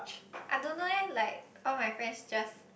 I don't know leh like all my friends just